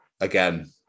again